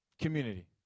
Community